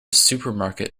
supermarket